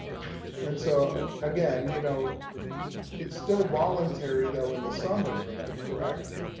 and so again you know it's still voluntary though, in the summer for them, correct.